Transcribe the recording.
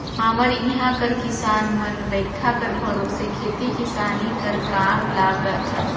हमर इहां कर किसान मन बरिखा कर भरोसे खेती किसानी कर काम ल करथे